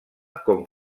com